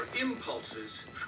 impulses